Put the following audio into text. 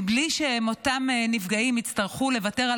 בלי שאותם נפגעים יצטרכו לוותר על